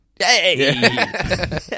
Yay